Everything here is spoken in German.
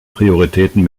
prioritäten